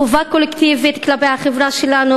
חובה קולקטיבית כלפי החברה שלנו,